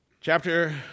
Chapter